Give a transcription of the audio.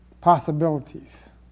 possibilities